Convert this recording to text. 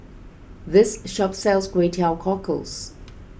this shop sells Kway Teow Cockles